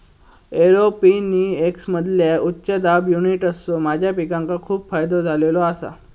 एरोपोनिक्समधील्या उच्च दाब युनिट्सचो माझ्या पिकांका खूप फायदो झालेलो आसा